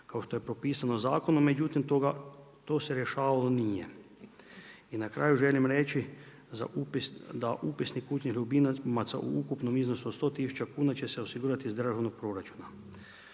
kao što je propisano zakonom. Međutim, to se rješavalo nije. I na kraju želim reći da upisnik kućnih ljubimaca u ukupnom iznosu od 100000 kuna će se osigurati iz državnog proračuna.